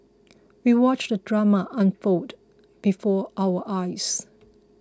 we watched the drama unfold before our eyes